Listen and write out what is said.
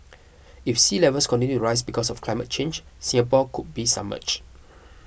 if sea levels continue rise because of climate change Singapore could be submerged